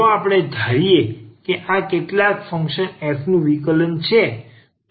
જો આપણે ધારીએ કે આ કેટલાક ફંક્શન f નું વિકલન છે